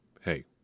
hey